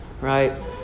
right